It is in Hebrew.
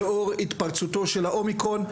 לאור התפרצותו של האומיקרון,